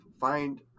find